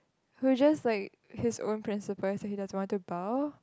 who just like his own principle he said he doesn't want to bow